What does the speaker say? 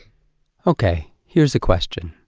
ok, here's a question.